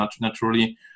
naturally